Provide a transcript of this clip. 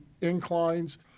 inclines